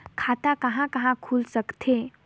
खाता कहा कहा खुल सकथे?